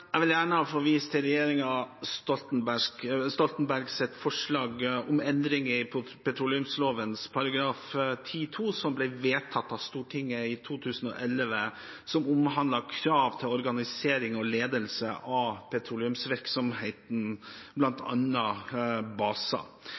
Jeg vil vise til regjeringen Stoltenbergs forslag om endring av petroleumsloven § 10-2, som ble vedtatt av Stortinget i 2011, som omhandlet krav til organisering og ledelse av petroleumsvirksomheten,